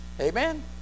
Amen